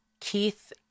Keith